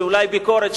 אולי ביקורת,